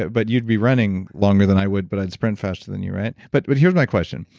but but you'd be running longer than i would, but i would sprint faster than you, right? but but here's my question,